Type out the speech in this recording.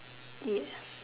ya